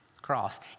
Cross